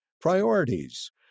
priorities